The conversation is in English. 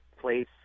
place